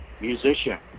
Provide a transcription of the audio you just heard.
musician